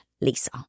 Lisa